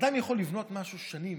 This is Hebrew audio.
אדם יכול לבנות משהו שנים,